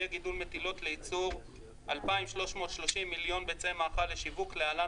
יהיה גידול מטילות לייצור 2,330 מיליון ביצי מאכל לשיווק (להלן,